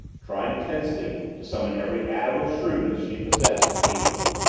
trying tensely to summon every atom of shrewdness she possessed to aid her.